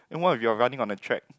then what if you're running on the track